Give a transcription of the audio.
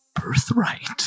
birthright